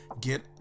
get